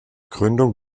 gründung